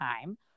time